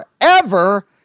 forever